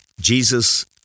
Jesus